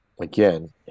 Again